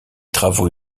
travaux